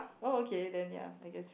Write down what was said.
oh okay then ya I guess